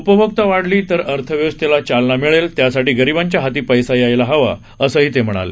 उपभोगता वाढली तर अर्थव्यवस्थेला चालना मिळेल त्यासाठी गरीबांच्या हाती पैसा यायला हवा असंही ते म्हणाले